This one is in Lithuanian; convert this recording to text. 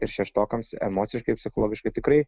ir šeštokams emociškai psichologiškai tikrai